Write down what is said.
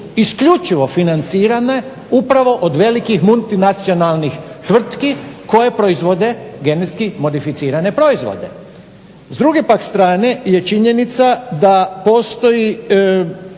isključivo financirane upravo od velikih multinacionalnih tvrtki koja proizvode GMO. S druge pak strane je činjenica da postoji